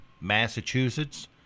Massachusetts